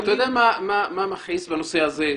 אתה יודע מה מכעיס בנושא הזה?